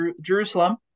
Jerusalem